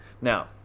Now